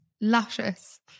luscious